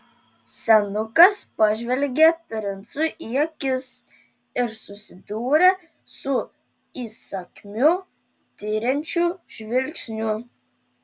senukas pažvelgė princui į akis ir susidūrė su įsakmiu tiriančiu žvilgsniu